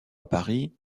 paris